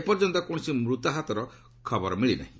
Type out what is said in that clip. ଏପର୍ଯ୍ୟନ୍ତ କୌଣସି ମୃତାହତର ଖବର ମିଳିନାହିଁ